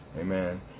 Amen